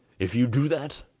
if you do that,